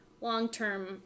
long-term